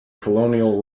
colonial